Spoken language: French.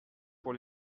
pour